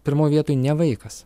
pirmoj vietoj ne vaikas